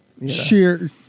sheer